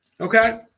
okay